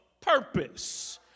purpose